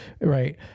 right